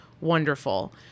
wonderful